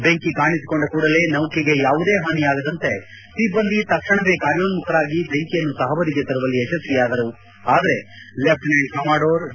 ಬೆಂಕಿ ಕಾಣಿಸಿಕೊಂಡ ಕೂಡಲೇ ನೌಕೆಗೆ ಯಾವುದೇ ಹಾನಿಯಾಗದಂತೆ ಸಿಬ್ಬಂದಿ ತಕ್ಷಣವೇ ಕಾರ್ಯೋನ್ನುಖರಾಗಿ ಬೆಂಕಿಯನ್ನು ತಹಬದಿಗೆ ತರುವಲ್ಲಿ ಯಶಸ್ವಿಯಾದರು ಆದರೆ ಲೆಪ್ಟಿನೆಂಟ್ ಕಮ್ಬಾಂಡರ್ ಡಿ